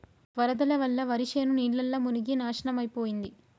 వరదల వల్ల వరిశేను నీళ్లల్ల మునిగి నాశనమైపోయింది